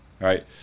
right